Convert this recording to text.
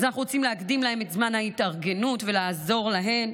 אז אנחנו רוצים להקדים את זמן ההתארגנות ולעזור להן.